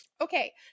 okay